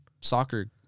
soccer